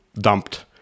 dumped